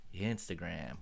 Instagram